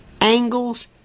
angles